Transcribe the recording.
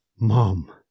Mom